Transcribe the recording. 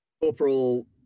Corporal